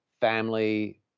Family